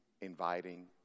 inviting